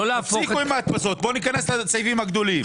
תפסיקו עם ההדפסות, בואו ניכנס לסעיפים הגדולים.